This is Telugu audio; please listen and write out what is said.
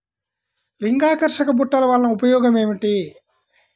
లింగాకర్షక బుట్టలు వలన ఉపయోగం ఏమిటి?